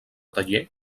taller